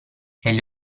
egli